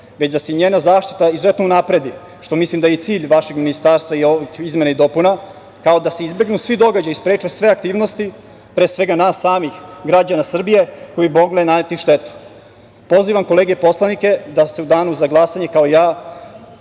već da se njena zaštita izuzetno unapredi, što mislim da je i cilj vašeg ministarstva i ovih izmena i dopuna, kao i da se izbegnu svi događaji i spreče sve aktivnosti, pre svega nas samih, građana Srbije, koji mogu naneti štetu. Pozivam kolege poslanike da u danu za glasanje, kao i